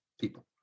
people